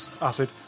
acid